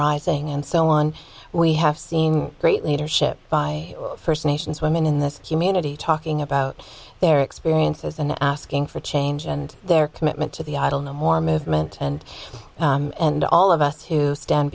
rising and so on we have seen great leadership by first nations women in this community talking about their experiences and asking for change and their commitment to the idle no more movement and and all of us who stand